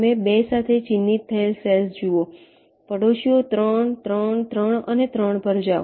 તમે 2 સાથે ચિહ્નિત થયેલ સેલ્સ જુઓ પડોશીઓ 3 3 3 અને 3 પર જાઓ